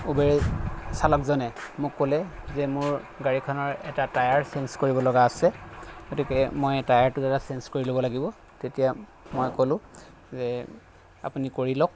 Uber চালকজনে মোক ক'লে যে মোৰ গাড়ীখনৰ এটা টায়াৰ চেঞ্জ কৰিব লগা আছে গতিকে মই টায়াৰটো দাদা চেঞ্জ কৰি ল'ব লাগিব তেতিয়া মই ক'লোঁ যে আপুনি কৰি লওক